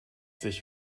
sich